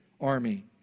army